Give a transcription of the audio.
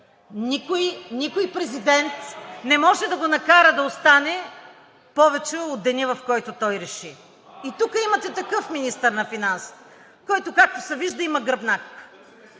Никой президент не може да го накара да остане повече от деня, в който той реши. Тук имате такъв министър на финансите, който, както се вижда, има гръбнак.